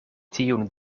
tiun